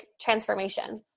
transformations